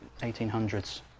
1800s